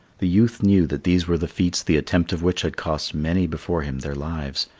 the youth knew that these were the feats the attempt of which had cost many before him their lives,